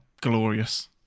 glorious